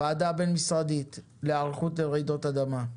הוועדה הבין-משרדית להיערכות לרעידות אדמה.